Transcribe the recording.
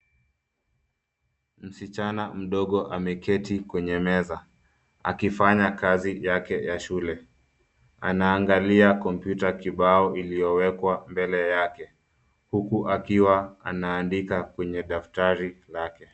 Msichana mdogo, ameketi kwenye meza, akifanya kazi yake ya shule, anaangalia kompyuta kibao iliyowekwa mbele yake, huku akiwa anaandika kwenye daftari lake.